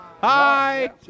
Hi